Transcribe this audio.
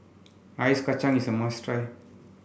Ice Kachang is a must try